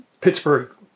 Pittsburgh